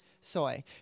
Soy